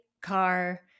car